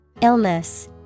Illness